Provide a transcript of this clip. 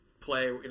play